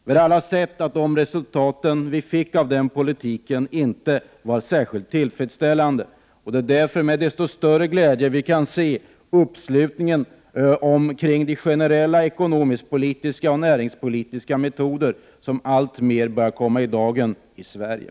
Men alla har sett att resultaten vi fick av den politiken inte var särskilt tillfredsställande. Det är därför med desto större glädje vi kan se uppslutningen omkring de generella ekonomiskpolitiska och näringspolitiska metoder som alltmer börjar komma i dagen i Sverige.